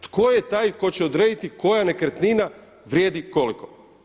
Tko je taj tko će odrediti koja nekretnina vrijedi koliko?